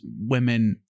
women